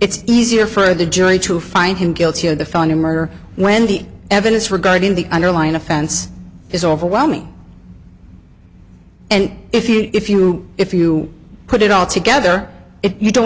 it's easier for the jury to find him guilty on the phone to murder when the evidence regarding the underlying offense is overwhelming and if you if you if you put it all together if you don't